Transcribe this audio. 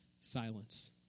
silence